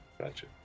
gotcha